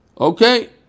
Okay